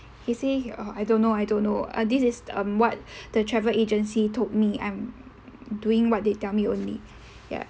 he say oh I don't know I don't know uh this is um what the travel agency told me I'm doing what they tell me only ya